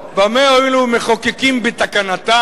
במה הועילו מחוקקים בתקנתם?